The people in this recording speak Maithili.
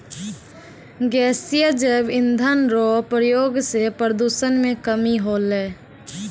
गैसीय जैव इंधन रो प्रयोग से प्रदूषण मे कमी होलै